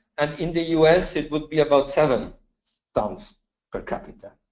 and in the us it would be about seven tons per capita.